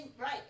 right